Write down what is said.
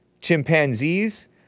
chimpanzees